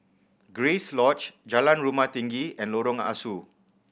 Grace Lodge Jalan Rumah Tinggi and Lorong Ah Soo